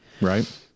Right